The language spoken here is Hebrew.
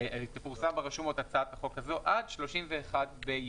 תפורסם ברשומות הצעת החוק הזאת, עד 31 ביולי.